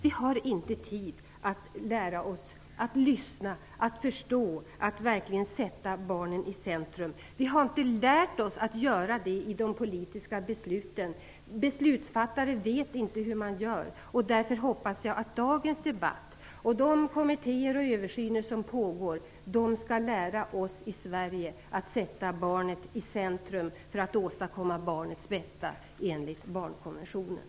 Vi har inte tid att lära oss att lyssna, att förstå, att verkligen sätta barnen i centrum. Vi har inte lärt oss att göra det i de politiska besluten. Beslutsfattare vet inte hur man gör, och därför hoppas jag att dagens debatt, de kommittéer som arbetar och den översyn som pågår skall lära oss i Sverige att sätta barnet i centrum för att åstadkomma barnets bästa enligt barnkonventionen.